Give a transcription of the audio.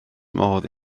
modd